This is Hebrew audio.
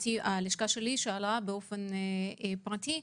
והשלכה שלי שאלה באופן פרטי,